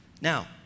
Now